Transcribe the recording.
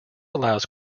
allows